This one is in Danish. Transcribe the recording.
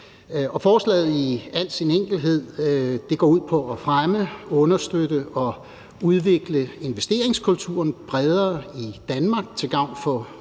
Forslaget går i al sin enkelhed ud på at fremme, understøtte og udvikle investeringskulturen bredere i Danmark til gavn for